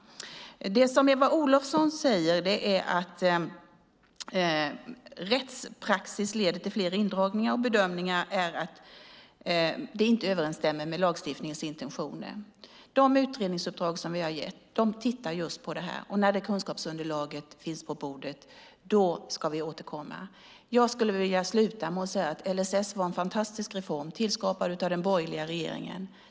Eva Olofsson säger att rättspraxis har lett till flera indragningar och att bedömningen är att det inte överensstämmer med lagens intentioner. I de utredningsuppdrag som vi gett tittar man just på detta. När det kunskapsunderlaget finns på bordet ska vi återkomma. Jag skulle vilja sluta med att säga att LSS var en fantastisk reform, tillskapad av den borgerliga regeringen.